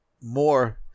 more